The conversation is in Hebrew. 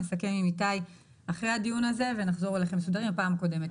נסכם עם איתי אחרי הדיון הזה ונחזור אליכם מסודרים מבפעם הקודמת.